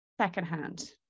secondhand